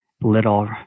little